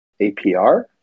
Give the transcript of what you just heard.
apr